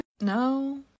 no